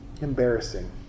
embarrassing